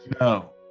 No